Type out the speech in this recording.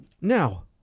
Now